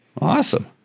Awesome